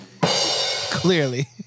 Clearly